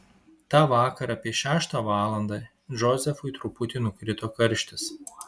tą vakarą apie šeštą valandą džozefui truputį nukrito karštis